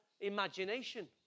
imagination